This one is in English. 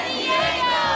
Diego